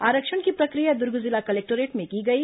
आरक्षण की प्रक्रिया दूर्ग जिला कलेक्टोरेट में की गई